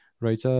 right